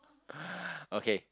okay